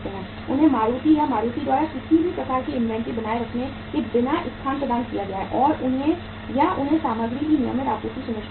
उन्हें मारुति और मारुति द्वारा किसी भी प्रकार की इन्वेंट्री बनाए रखने के बिना स्थान प्रदान किया गया है या उन्हें सामग्री की नियमित आपूर्ति सुनिश्चित की गई है